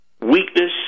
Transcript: weakness